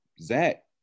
Zach